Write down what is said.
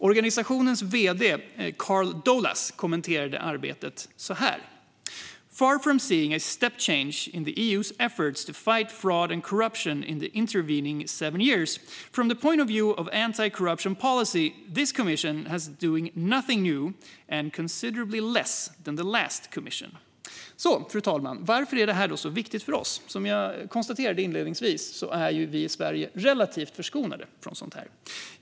Organisationens vd Carl Dolan kommenterade arbetet så här: "Far from seeing a step-change in the EU's efforts to fight fraud and corruption in the intervening seven years, from the point of view of anti-corruption policy, this Commission is doing nothing new and considerably less than the last Commission." Fru talman! Varför är det här då så viktigt för oss? Som jag konstaterade inledningsvis är ju vi i Sverige relativt förskonade från sådant här.